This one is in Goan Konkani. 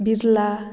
बिर्ला